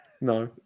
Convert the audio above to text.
No